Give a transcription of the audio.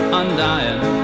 undying